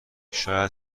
شاید